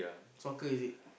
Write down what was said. soccer is it